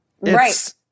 right